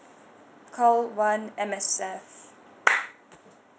call one M_S_F